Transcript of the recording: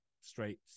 straight